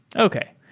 okay.